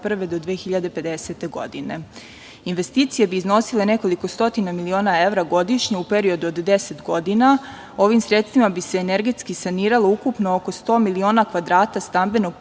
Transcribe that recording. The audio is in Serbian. do 2050. godine. Investicije bi iznosile nekoliko stotina miliona evra godišnje u periodu od 10 godina. Ovim sredstvima bi se energetski saniralo ukupno oko 100 miliona kvadrata stambenog